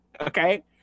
okay